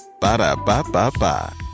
Ba-da-ba-ba-ba